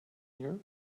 here